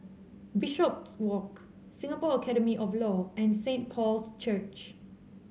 Bishopswalk Singapore Academy of Law and Saint Paul's Church